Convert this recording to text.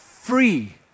Free